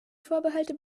vorbehalte